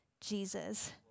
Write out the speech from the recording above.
Jesus